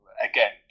again